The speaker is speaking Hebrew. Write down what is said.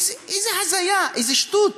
איזה הזיה, איזה שטות.